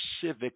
Civic